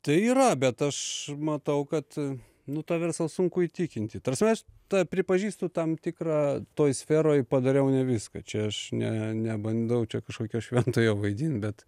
tai yra bet aš matau kad nu tą verslą sunku įtikinti ta prasme aš tą pripažįstu tam tikrą toj sferoj padariau ne viską čia aš ne nebandau čia kažkokio šventojo vaidint bet